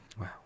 Wow